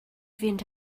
fynd